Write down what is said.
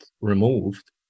removed